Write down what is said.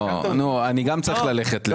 לא, אני גם צריך ללכת.